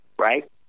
right